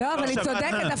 היא צודקת.